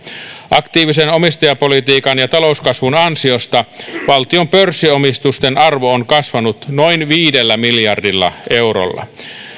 aktiivisen omistajapolitiikan ja talouskasvun ansiosta valtion pörssiomistusten arvo on kasvanut noin viidellä miljardilla eurolla